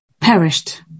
perished